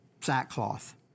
sackcloth